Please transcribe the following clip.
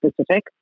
specific